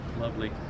Lovely